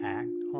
act